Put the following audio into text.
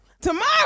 tomorrow